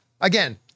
Again